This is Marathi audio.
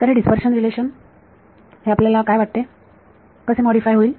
तर हे डीस्पर्शन रिलेशन हे आपल्याला काय वाटते कशी मॉडीफाय होईल